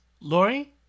Lori